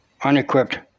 unequipped